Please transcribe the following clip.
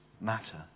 matter